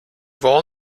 war